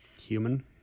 Human